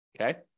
okay